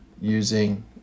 using